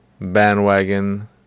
bandwagon